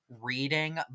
reading